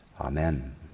Amen